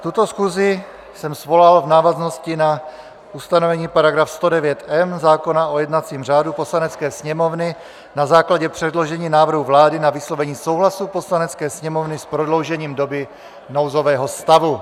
Tuto schůzi jsem svolal v návaznosti na ustanovení § 109m zákona o jednacím řádu Poslanecké sněmovny na základě předložení návrhu vlády na vyslovení souhlasu Poslanecké sněmovny s prodloužením doby nouzového stavu.